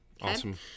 Awesome